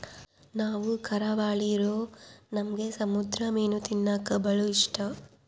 ನಾವು ಕರಾವಳಿರೂ ನಮ್ಗೆ ಸಮುದ್ರ ಮೀನು ತಿನ್ನಕ ಬಲು ಇಷ್ಟ